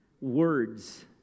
Words